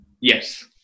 Yes